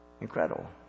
Incredible